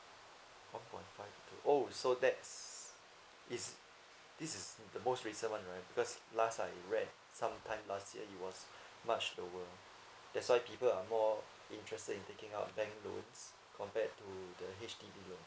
one point five to oh so that's it's this is the most recently one right because last I read some time last year it was much lower that's why people are more interested in taking up bank loans compared to the H_D_B loan